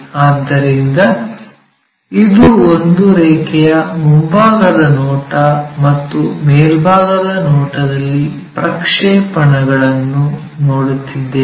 ಆದ್ದರಿಂದ ಇದು ಒಂದು ರೇಖೆಯ ಮುಂಭಾಗದ ನೋಟ ಮತ್ತು ಮೇಲ್ಭಾಗದ ನೋಟದಲ್ಲಿ ಪ್ರಕ್ಷೇಪಣಗಳನ್ನು ನೋಡುತ್ತಿದ್ದೇವೆ